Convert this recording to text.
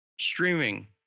streaming